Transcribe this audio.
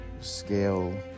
scale